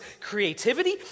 creativity